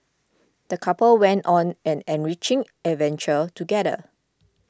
the couple went on an enriching adventure together